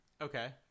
okay